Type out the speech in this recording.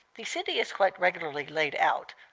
the city is quite regularly laid out,